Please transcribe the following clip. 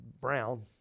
brown